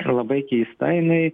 labai keista jinai